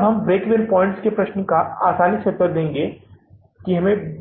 अब हम break even points के प्रश्न का उत्तर आसानी से दे सकते हैं